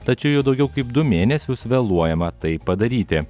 tačiau jau daugiau kaip du mėnesius vėluojama tai padaryti